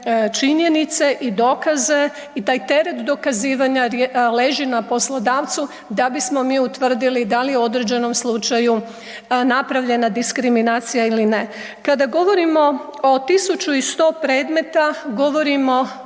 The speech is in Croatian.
činjenice i dokaze i taj teret dokazivanja leži na poslodavcu da bismo mi utvrdili da li je u određenom slučaju napravljena diskriminacija ili ne. Kada govorimo o 1100 predmeta govorimo